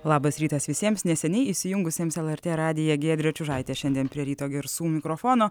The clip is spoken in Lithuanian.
labas rytas visiems neseniai įsijungusiems lrt radiją giedrė čiužaitė šiandien prie ryto garsų mikrofono